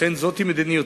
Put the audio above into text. לכן, זוהי מדיניותנו.